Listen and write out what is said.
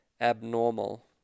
abnormal